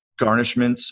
garnishments